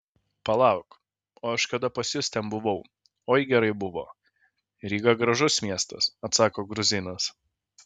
palauk o aš kada pas jus ten buvau oi gerai buvo ryga gražus miestas atsako gruzinas